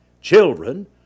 Children